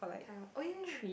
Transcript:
oh ya ya ya